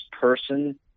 person